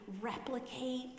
replicate